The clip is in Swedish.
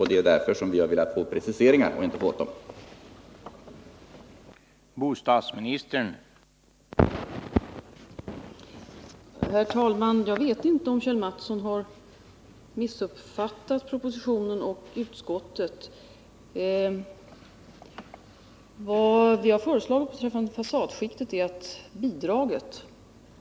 Det är därför vi har velat få preciseringar, men det har vi inte fått.